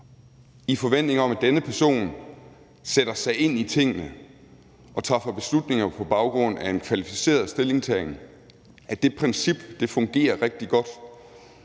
i forventning om, at denne person sætter sig ind i tingene og træffer beslutninger på baggrund af en kvalificeret stillingtagen, fungerer rigtig godt.